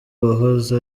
wahoze